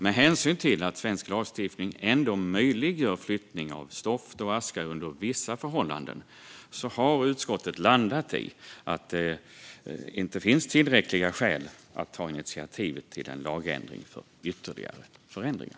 Med hänsyn till att svensk lagstiftning ändå möjliggör flyttning av stoft och aska under vissa förhållanden har utskottet landat i att det inte finns tillräckliga skäl till att ta initiativ till en lagändring för ytterligare förändringar.